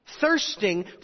thirsting